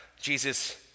Jesus